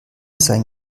sein